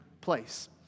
place